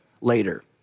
later